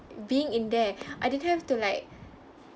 being in there I didn't have to like